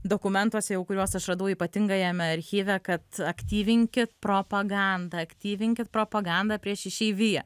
dokumentuose jau kuriuos aš radau ypatingajame archyve kad aktyvinkit propagandą aktyvinkit propagandą prieš išeiviją